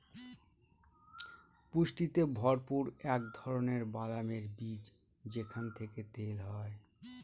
পুষ্টিতে ভরপুর এক ধরনের বাদামের বীজ যেখান থেকে তেল হয়